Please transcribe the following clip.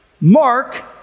Mark